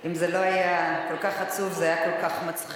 אם זה לא היה כל כך עצוב זה היה כל כך מצחיק.